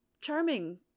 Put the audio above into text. charming